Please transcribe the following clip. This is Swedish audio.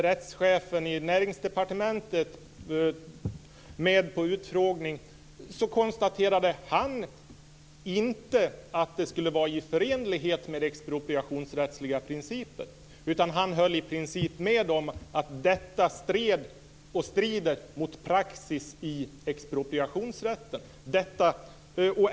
Rättschefen i Näringsdepartementet, som deltog i en utfrågning, konstaterade att det inte skulle vara förenligt med expropriationsrättsliga principer, utan han höll i princip med om att detta stred, och strider, mot praxis i expropriationsrätten.